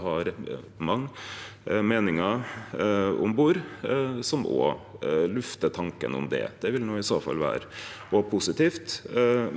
for å ha mange meiningar om bord, som òg luftar tanken om det. Det vil i så fall vere positivt,